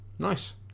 Nice